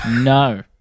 No